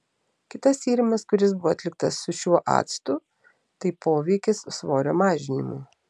kitas tyrimas kuris buvo atliktas su šiuo actu tai poveikis svorio mažinimui